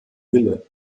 wille